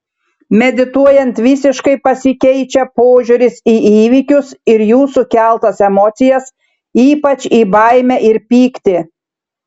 medituojant visiškai pasikeičia požiūris į įvykius ir jų sukeltas emocijas ypač į baimę ir pyktį